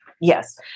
Yes